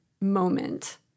moment